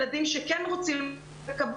ילדים שכן רוצים להגיע,